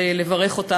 לברך אותך.